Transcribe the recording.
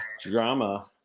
drama